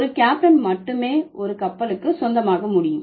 ஒரு கேப்டன் மட்டுமே ஒரு கப்பலுக்கு சொந்தமாக முடியும்